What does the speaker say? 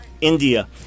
India